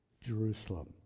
Jerusalem